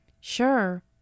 Sure